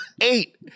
eight